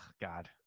God